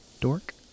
dork